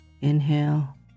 Inhale